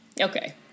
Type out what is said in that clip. Okay